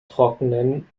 trockenen